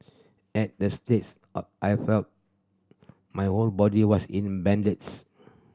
at the all I felt my own body was in